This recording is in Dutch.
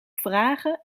vragen